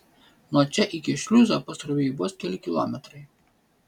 nuo čia iki šliuzo pasroviui vos keli kilometrai